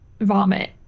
vomit